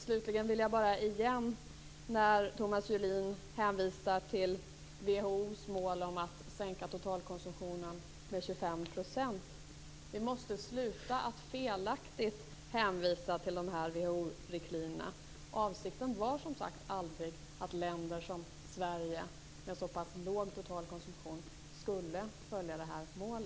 Slutligen vill jag bara säga igen, eftersom Thomas Julin hänvisar till WHO:s mål om att sänka totalkonsumtionen med 25 %, att vi måste sluta att felaktigt hänvisa till dessa WHO-riktlinjer. Avsikten var som sagt aldrig att länder som Sverige, med så pass låg total konsumtion, skulle följa det här målet.